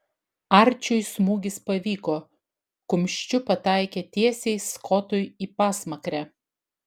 arčiui smūgis pavyko kumščiu pataikė tiesiai skotui į pasmakrę